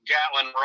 Gatlin